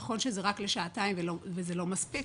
נכון שזה רק לשעתיים וזה לא מספיק,